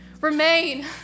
Remain